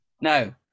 No